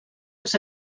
els